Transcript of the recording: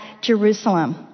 Jerusalem